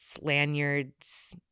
lanyards